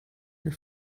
your